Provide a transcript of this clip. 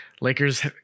Lakers